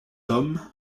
homme